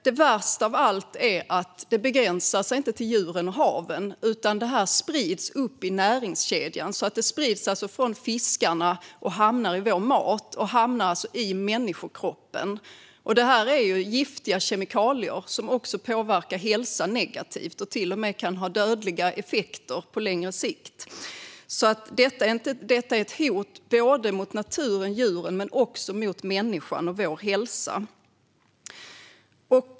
Det värsta av allt är att det inte begränsas till djuren och haven; detta sprids upp i näringskedjan. Det sprids från fiskarna, hamnar i vår mat och hamnar i människokroppen. Det här är giftiga kemikalier som påverkar hälsan negativt och till och med kan ha dödliga effekter på längre sikt. Det är ett hot såväl mot naturen och djuren som mot människan och vår hälsa.